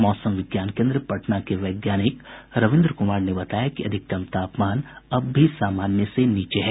मौसम विज्ञान केन्द्र पटना के वैज्ञानिक रवीन्द्र कुमार ने बताया कि अधिकतम तापमान अब भी सामान्य से कम है